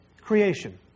creation